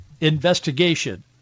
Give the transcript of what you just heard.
investigation